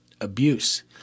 Abuse